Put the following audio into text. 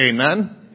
Amen